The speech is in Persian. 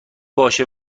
باشه